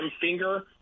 finger